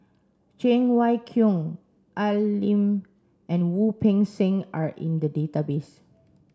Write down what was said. Cheng Wai Keung Al Lim and Wu Peng Seng are in the database